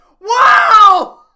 Wow